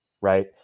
Right